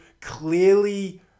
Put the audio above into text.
clearly